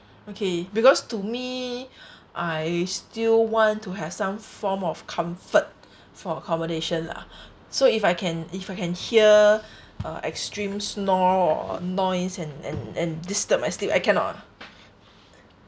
okay because to me I still want to have some form of comfort for accommodation lah so if I can if I can hear uh extreme snore or noise and and and disturb my sleep I cannot